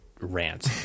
rant